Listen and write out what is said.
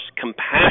compassion